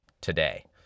today